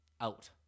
out